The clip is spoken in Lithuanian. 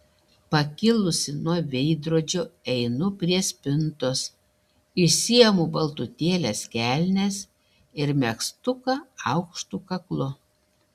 pakilusi nuo veidrodžio einu prie spintos išsiimu baltutėles kelnes ir megztuką aukštu kaklu